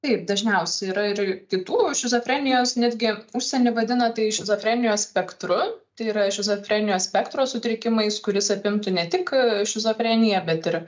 taip dažniausiai yra ir kitų šizofrenijos netgi užsieny vadina tai šizofrenijos spektru tai yra šizofrenijos spektro sutrikimais kuris apimtų ne tik šizofreniją bet ir